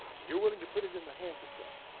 and you're willing to put it in the hands of god.